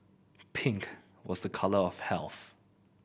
pink was a colour of health